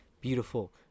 beautiful